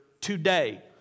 today